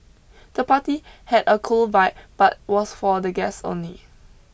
the party had a cool vibe but was for the guests only